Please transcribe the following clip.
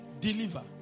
deliver